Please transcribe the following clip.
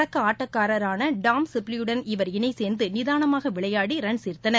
தொடக்க அபட்டக்காரரான டாம் சிப்லியுடன் இவர் இணை சேர்ந்து நிதானமாக விளையாடி ரன் சேர்த்தனர்